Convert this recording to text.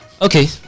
Okay